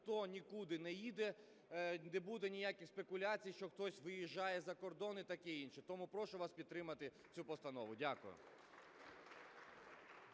ніхто нікуди не їде, не буде ніяких спекуляцій, що хтось виїжджає за кордон і таке інше. Тому прошу вас підтримати цю постанову. Дякую.